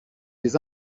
des